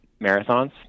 marathons